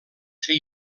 ser